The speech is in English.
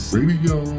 Radio